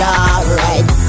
alright